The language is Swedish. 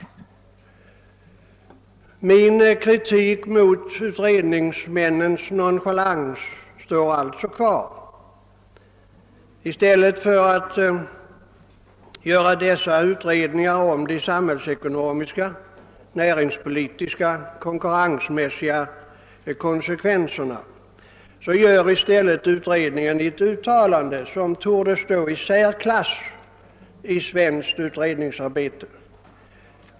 Min kritik mot utredningsmännens nonchalans står alltså kvar. I stället för ait göra dessa utredningar om de samhällsekonomiska, näringspolitiska och konkurrensmässiga konsekvenserna gör utredningen ett uttalande som torde stå i särklass i svenskt utredningsarbete.